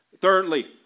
Thirdly